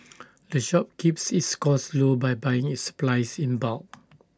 the shop keeps its costs low by buying its supplies in bulk